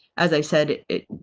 as i said it,